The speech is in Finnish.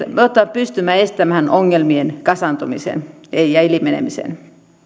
pystymme estämään ongelmien kasaantumisen ja ilmenemisen